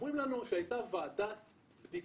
אומרים לנו שהייתה ועדת בדיקה.